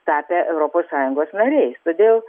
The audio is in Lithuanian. tapę europos sąjungos nariais todėl